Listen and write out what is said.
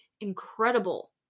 incredible